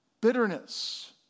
Bitterness